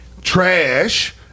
trash